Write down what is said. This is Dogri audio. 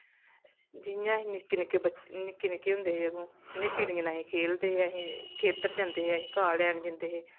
जियां निक्के निक्के बच्चे निक्के निक्के होंदे हे जंदू इ'नें चिड़ियें कन्नै असी खेलदे हे असीं खेतर जंदे हे असी घाह् लैन जंदे हे